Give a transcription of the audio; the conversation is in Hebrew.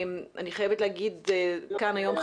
אני חייבת להגיד כאן היום,